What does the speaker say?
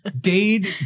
Dade